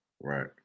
Right